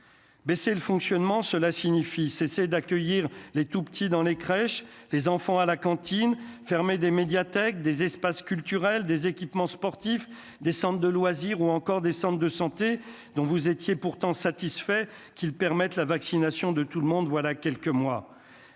Baisser le fonctionnement, cela signifie cesser d'accueillir les tout petits dans les crèches, les enfants à la cantine, fermer des médiathèques, des espaces culturels, des équipements sportifs, des centres de loisirs ou encore des centres de santé, dont vous étiez pourtant satisfait qu'il permette la vaccination de tout le monde, voilà quelques mois,